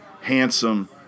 handsome